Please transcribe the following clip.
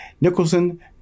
Nicholson